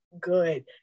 good